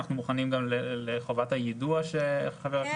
אנחנו מוכנים גם לחובת היידוע שחבר הכנסת דוידסון אמר.